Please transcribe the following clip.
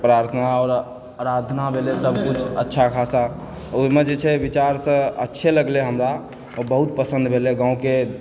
प्रार्थना आओर आराधना भेलै सब किछु अच्छा खासा ओहिमे जे छै विचारसँ अच्छे लगलै हमरा आओर बहुत पसन्द भेलै गाँवके